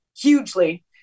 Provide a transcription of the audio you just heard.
hugely